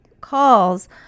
calls